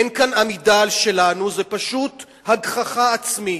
אין כאן עמידה על שלנו, זו פשוט הגחכה עצמית.